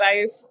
life